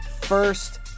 first